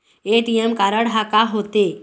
ATM card हा का होते?